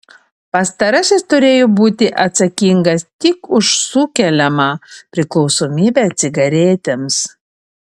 pastarasis turėjo būti atsakingas tik už sukeliamą priklausomybę cigaretėms